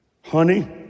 honey